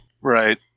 right